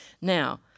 now